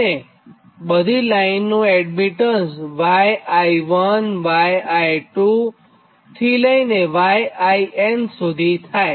અને બધી લાઇનનું એડમીટન્સ yi1yi2yin થાય